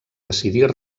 decidir